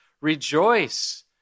rejoice